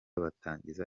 batangiza